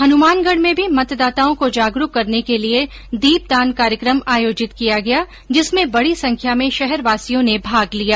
हनुमानगढ़ में भी मतदाताओं को जागरूक करने के लिए दीपदान कार्यक्रम आयोजित किया गया जिसमें बड़ी संख्या में शहरवासियों ने भाग लिया